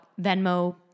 Venmo